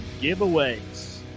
giveaways